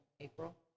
April